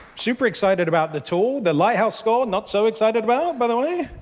super excited about the tool. the lighthouse score, not so excited about, by the way.